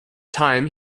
time